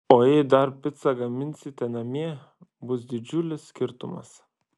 o jei dar picą gaminsite namie bus didžiulis skirtumas